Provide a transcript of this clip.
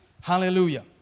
Hallelujah